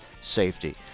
Safety